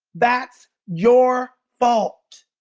that's your fault.